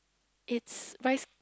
it's rice